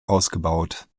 ausgebaut